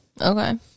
Okay